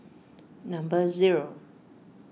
number zero